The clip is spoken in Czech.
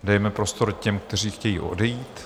Dejme prostor těm, kteří chtějí odejít.